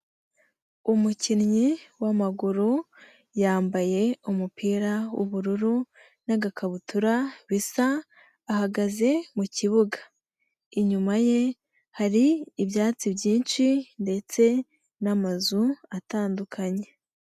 Umukinnyi w'amaguru, yambaye umupira w'ubururu n'agakabutura bisa, ahagaze mukibuga. Inyuma ye hari ibyatsi byinshi, ndetse n'amazu atandukanye.